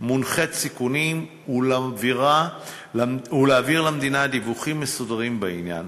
מונחית סיכונים ולהעביר למדינה דיווחים מסודרים בעניין,